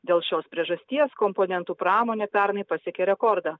dėl šios priežasties komponentų pramonė pernai pasiekė rekordą